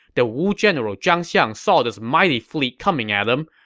the wu general zhang xiang saw this mighty fleet coming at him,